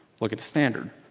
look at the standard.